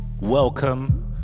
Welcome